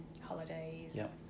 holidays